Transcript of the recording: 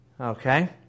Okay